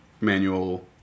Manual